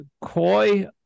Koi